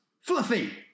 Fluffy